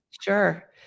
Sure